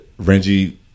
Renji